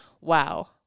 wow